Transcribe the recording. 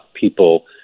people